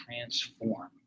transform